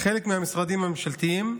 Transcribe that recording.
שחלק מהמשרדים הממשלתיים,